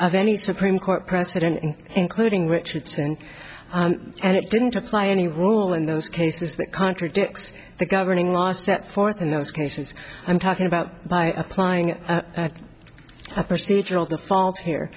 of any supreme court precedent including richardson and it didn't apply any rule in those cases that contradicts the governing last set forth in those cases i'm talking about by applying a procedural default here